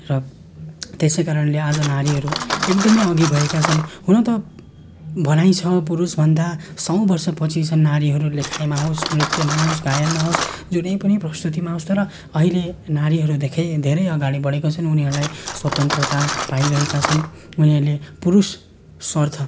र त्यसै कारणले आज नारीहरू एकदमै अघि भएका छन् हुन त भनाइ छ पुरुषभन्दा सौ वर्ष पछि छन् नारीहरू लेखाइमा होस् नृत्यमा होस् गायनमा होस् जुनै पनि प्रस्तुतिमा होस् तर अहिले नारीहरू देखेँ धेरै अगाडि बढेको छन् उनीहरूलाई स्वतन्त्रता पाइरहेका छन् उनीहरूले पुरुषार्थ